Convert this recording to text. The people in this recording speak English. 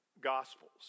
gospels